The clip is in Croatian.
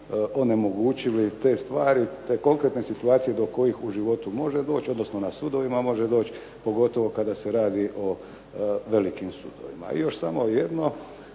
onemogućili te stvari, te konkretne situacije do kojih u životu može doći, odnosno na sudovima može doći, pogotovo kada se radi o velikim sudovima. I još samo jedno,